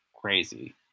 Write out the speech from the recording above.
crazy